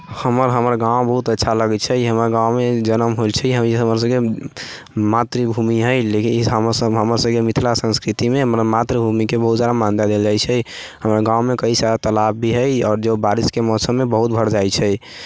हमर हमर गाँव बहुत अच्छा लगै छै हमरा गाँवमे जनम होइल छै हमर सबके मातृभूमि हइ लेकिन हमर सबके मिथिला संस्कृतिमे हमरा मातृभूमिके बहुत ज्यादा मान्यता देल जाइ छै हमरा गाँवमे कइ सारा तालाब भी हइ आओर जे बारिशके मौसममे बहुत भरि जाइ छै